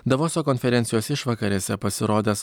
davoso konferencijos išvakarėse pasirodęs